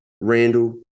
Randall